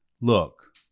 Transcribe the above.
look